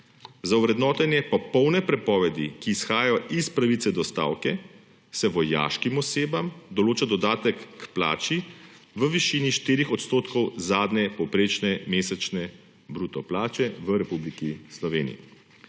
Za ovrednotenje popolne prepovedi, ki izhajajo iz pravice do stavke, se vojaškim osebam določa dodatek k plači v višini 4 % zadnje povprečne mesečne bruto plače v Republiki Sloveniji.